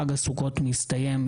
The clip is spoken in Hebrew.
חג הסוכות מסתיים,